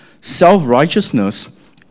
self-righteousness